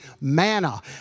manna